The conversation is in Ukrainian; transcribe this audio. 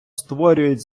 створюють